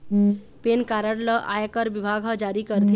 PAN card ल आयकर बिभाग ह जारी करथे